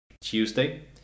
Tuesday